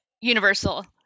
universal